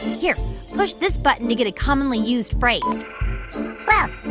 here push this button to get a commonly used phrase well,